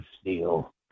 steel